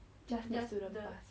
just the student pass